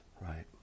right